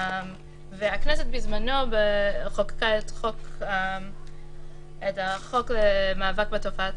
הכנסת בזמנו חוקקה את החוק למאבק בתופעת